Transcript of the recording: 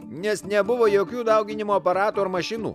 nes nebuvo jokių dauginimo aparatų ar mašinų